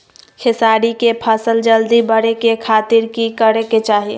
खेसारी के फसल जल्दी बड़े के खातिर की करे के चाही?